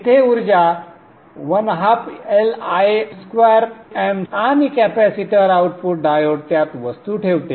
येथे ऊर्जा संदर्भ वेळ 2329 ½LI2m आणि कॅपेसिटर आउटपुट डायोड त्यात वस्तू ठेवते